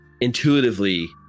intuitively